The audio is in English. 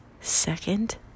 second